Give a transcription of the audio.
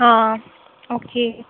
हां ओके